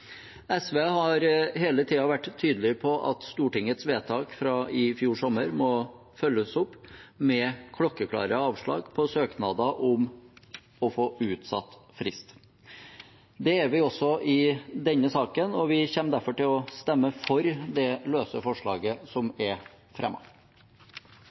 SV har hele tiden vært tydelig på at Stortingets vedtak fra i fjor sommer må følges opp med klokkeklare avslag på søknader om å få utsatt frist. Det er vi også i denne saken, og vi kommer derfor til å stemme for det løse forslaget